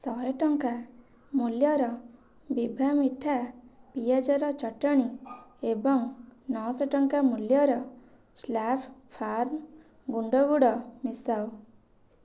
ଶହେ ଟଙ୍କା ମୂଲ୍ୟର ବିଭା ମିଠା ପିଆଜର ଚଟଣି ଏବଂ ନଅଶହ ଟଙ୍କା ମୂଲ୍ୟର ସ୍ଲାର୍ପ ଫାର୍ମ ଗୁଣ୍ଡ ଗୁଡ଼ ମିଶାଅ